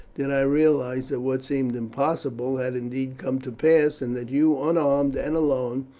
did i realize that what seemed impossible had indeed come to pass, and that you, unarmed and alone,